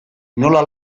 nola